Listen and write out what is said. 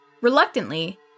Reluctantly